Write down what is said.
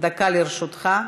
דקה לרשותך.